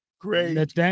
great